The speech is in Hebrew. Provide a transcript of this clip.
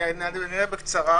אני אענה בקצרה.